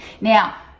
Now